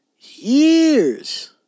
years